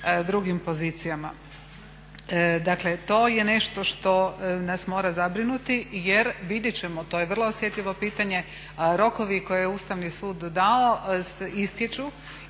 drugim pozicijama. Dakle, to je nešto što nas mora zabrinuti, jer vidjet ćemo. To je vrlo osjetljivo pitanje. Rokovi koje je Ustavni sud dao istječu